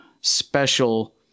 special